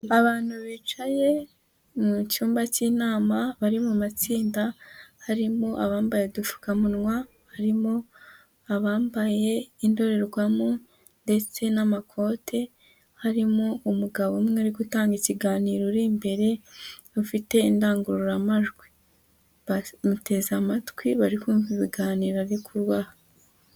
Abantu bicaye mu cyumba cy'inama bari mu matsinda harimo abambaye udupfukamunwa, harimo abambaye indorerwamo ndetse n'amakote, harimo umugabo umwe ari gutanga ikiganiro uri imbere, ufite indangururamajwi. Bamuteze amatwi bari kumva ibiganiro ari kubaha.